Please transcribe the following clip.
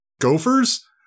gophers